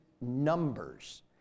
Numbers